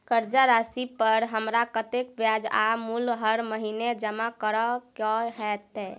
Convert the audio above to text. कर्जा राशि पर हमरा कत्तेक ब्याज आ मूल हर महीने जमा करऽ कऽ हेतै?